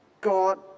God